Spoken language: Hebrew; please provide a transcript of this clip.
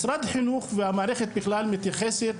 משרד החינוך והמערכת בכלל מתייחסת